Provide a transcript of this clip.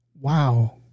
wow